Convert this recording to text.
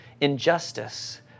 injustice